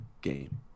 game